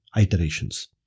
iterations